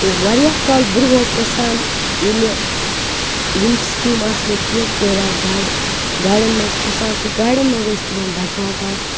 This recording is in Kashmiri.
وارِیاہ کال برٛۄنٛہہ اوس گَژھان ییٚلہِ یِمہٕ سیٖکیم آس نہٕ کیٚنٛہہ کورِ آسہٕ گاڑِ گاڑٮ۪ن منٛز کھسان تہٕ گاڑٮ۪ن منٛز ٲسۍ تِمن دَکہِ لَگان